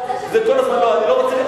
מתי אתה רוצה שהם ילמדו לימודי השלמה?